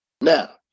Now